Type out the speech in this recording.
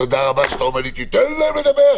תודה רבה שאתה אומר לי תיתן להם לדבר.